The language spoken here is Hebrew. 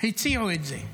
הציעו את זה.